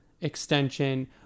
extension